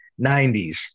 90s